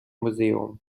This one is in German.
museum